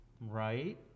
right